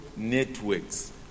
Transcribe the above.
networks